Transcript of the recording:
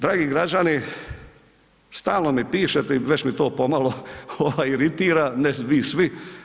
Dragi građani, stalno mi pišete i već mi to pomalo iritira, ne vi svi.